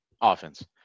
Offense